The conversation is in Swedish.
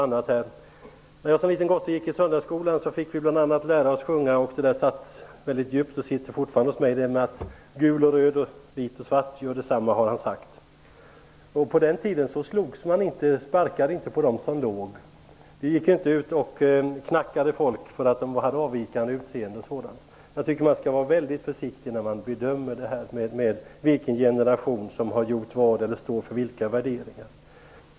När jag som liten gosse gick i söndagsskolan fick vi lära oss att sjunga ''gul och röd och vit och svart, gör detsamma har han sagt''. Det sitter fortfarande mycket djupt hos mig. På den tiden sparkade man inte på dem som låg. Vi gick inte ut och ''knackade'' folk för att de hade avvikande utseende. Jag tycker att man skall vara försiktig när man bedömer vilken generation som har gjort vad eller står för olika värderingar.